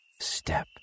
step